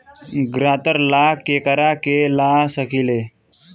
ग्रांतर ला केकरा के ला सकी ले?